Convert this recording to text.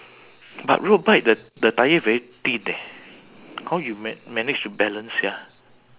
but road bike the the tyre very thin eh how you ma~ manage to balance sia